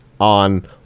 on